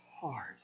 hard